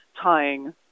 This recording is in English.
tying